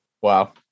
Wow